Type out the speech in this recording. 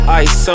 ice